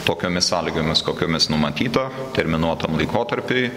tokiomis sąlygomis kokiomis numatyta terminuotam laikotarpiui